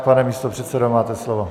Pane místopředsedo, máte slovo.